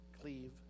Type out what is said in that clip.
cleave